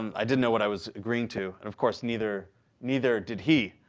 um i didn't know what i was agreeing to. of course, neither neither did he,